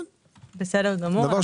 בסדר גמור.